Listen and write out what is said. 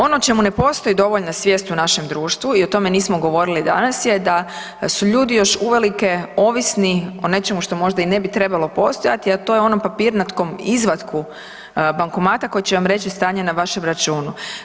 Ono o čemu ne postoji dovoljna svijest u našem društvu i o tome nismo govorili danas je da, da su ljudi još uvelike ovisni o nečemu što možda i ne bi trebalo postojati, a to je onom papirnatom izvatku bankomata koji će vam reći stanje na vašem računu.